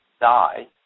die